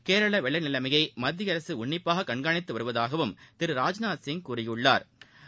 கேரளவெள்ளநிலைமையபமத்திய அரகஉன்னிப்பாககண்காணித்துவருவதாகவும் திரு ராஜ்நாத்சிங் கூறியுள்ளா்